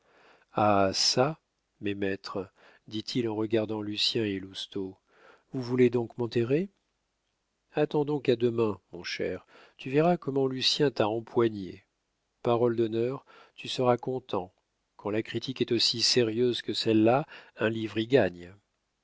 ah çà mes maîtres dit-il en regardant lucien et lousteau vous voulez donc m'enterrer attends donc à demain mon cher tu verras comment lucien t'a empoigné parole d'honneur tu seras content quand la critique est aussi sérieuse que celle-là un livre y gagne